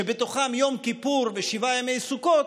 שבתוכם יום כיפור ושבעה ימי סוכות,